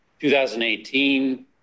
2018